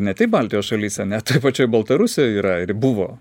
ne tik baltijos šalyse net toj pačioj baltarusijoj yra ir buvo